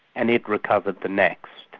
and it recovered the next.